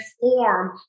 form